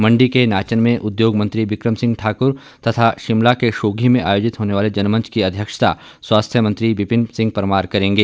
मंडी के नाचन में उद्योग मंत्री बिक्रम सिंह तथा शिमला के शोघी में आयोजित होने वाले जनमंच की अध्यक्षता स्वास्थ्य मंत्री विपिन सिंह परमार करेंगे